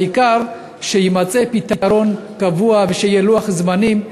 העיקר שיימצא פתרון קבוע ושיהיה לוח זמנים,